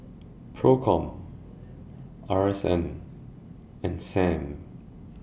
PROCOM R S N and SAM